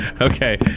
Okay